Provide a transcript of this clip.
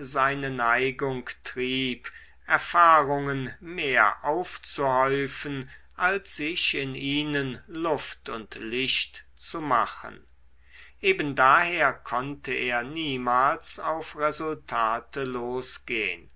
seine neigung trieb erfahrungen mehr aufzuhäufen als sich in ihnen luft und licht zu machen eben daher konnte er niemals auf resultate losgehn